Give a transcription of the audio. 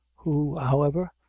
who, however,